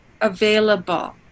available